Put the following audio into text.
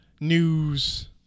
news